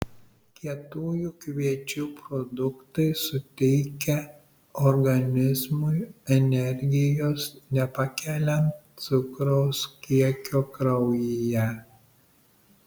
kietųjų kviečių produktai suteikia organizmui energijos nepakeliant cukraus kiekio kraujyje